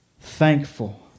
thankful